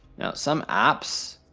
now some apps,